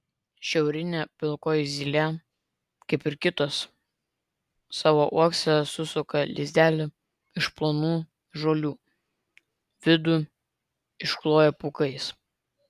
šiaurinė pilkoji zylė kaip ir kitos savo uokse susuka lizdelį iš plonų žolių vidų iškloja pūkais